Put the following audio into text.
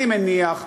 אני מניח,